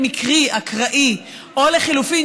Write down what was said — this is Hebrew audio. וגם ארדן לא יכול לבקר את המדיניות של הממשלה,